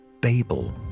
Babel